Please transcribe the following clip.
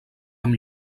amb